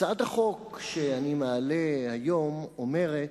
הצעת החוק שאני מעלה היום אומרת: